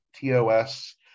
TOS